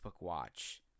Watch